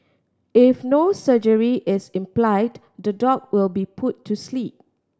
if no surgery is implied the dog will be put to sleep